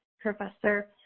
Professor